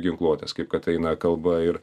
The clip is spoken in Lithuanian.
ginkluotės kaip kad eina kalba ir